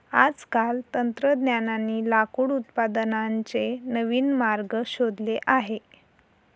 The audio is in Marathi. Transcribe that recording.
आजकाल शास्त्रज्ञांनी लाकूड उत्पादनाचे नवीन मार्ग शोधले आहेत